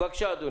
בבקשה.